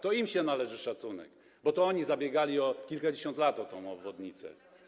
To im się należy szacunek, bo to oni zabiegali kilkadziesiąt lat o tę obwodnicę.